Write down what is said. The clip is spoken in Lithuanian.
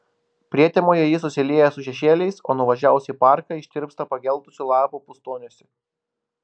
prietemoje ji susilieja su šešėliais o nuvažiavus į parką ištirpsta pageltusių lapų pustoniuose